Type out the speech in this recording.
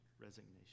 Resignation